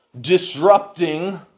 disrupting